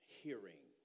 hearing